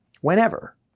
whenever